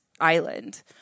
island